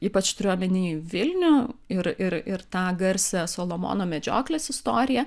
ypač turiu omeny vilnių ir ir ir tą garsią solomono medžioklės istoriją